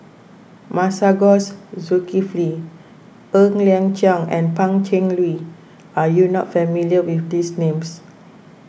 Masagos Zulkifli Ng Liang Chiang and Pan Cheng Lui are you not familiar with these names